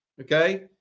Okay